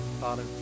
Father